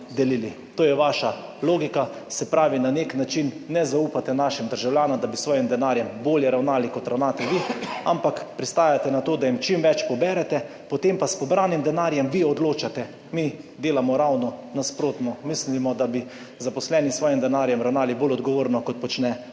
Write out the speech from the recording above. To je vaša logika. Se pravi, na nek način ne zaupate našim državljanom, da bi s svojim denarjem bolje ravnali, kot ravnate vi, ampak pristajate na to, da jim čim več poberete, potem pa vi odločate o pobranem denarju. Mi delamo ravno nasprotno. Mislimo, da bi zaposleni s svojim denarjem ravnali bolj odgovorno, kot to počne ta